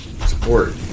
support